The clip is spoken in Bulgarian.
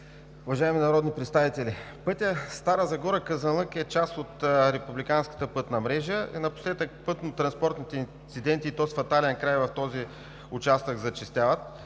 уважаеми народни представители! Пътят Стара Загора – Казанлък е част от републиканската пътна мрежа и напоследък пътнотранспортните инциденти, и то с фатален край, в този участък зачестяват.